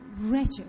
wretched